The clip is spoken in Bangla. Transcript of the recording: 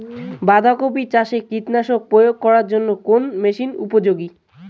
বাঁধা কপি চাষে কীটনাশক প্রয়োগ করার জন্য কোন মেশিন উপযোগী?